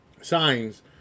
signs